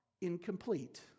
incomplete